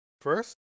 First